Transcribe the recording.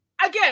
Again